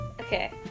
Okay